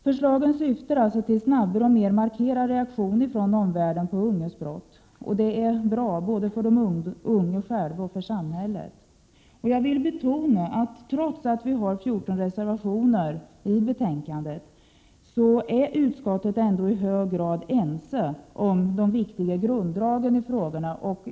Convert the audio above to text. Förslagen syftar alltså till snabbare och mera markerade reaktioner från omvärlden på ungas brott. Det är bra både för de unga själva och för samhället. Trots att 14 reservationer är fogade till detta betänkande, har vi i utskottet i hög grad varit ense om de viktiga grunddragen i dessa frågor.